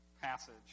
passage